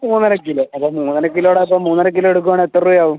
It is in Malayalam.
മൂന്നര കിലോ അല്ല മൂന്നര കിലോയുടെ അപ്പോൾ മൂന്നര കിലോ എടുക്കുകയാണെങ്കിൽ എത്ര രൂപ ആവും